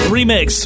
Remix